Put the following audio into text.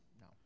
no